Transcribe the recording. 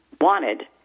wanted